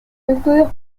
estudios